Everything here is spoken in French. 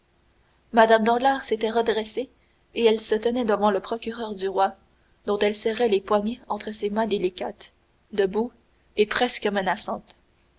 mme danglars s'était redressée et elle se tenait devant le procureur du roi dont elle serrait les poignets entre ses mains délicates debout et presque menaçante